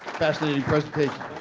fascinating presentation.